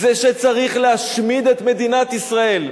זה שצריך להשמיד את מדינת ישראל.